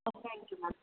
okay thank you ma'am